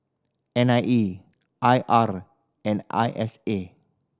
N I E I R and I S A